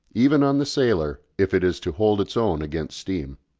even on the sailer, if it is to hold its own against steam.